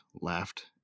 laughed